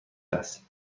است